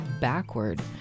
backward